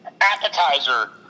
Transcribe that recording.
appetizer